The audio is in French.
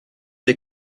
des